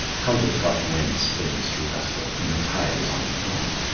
how the tough wind springs to wrestle, when the tide is on the flood!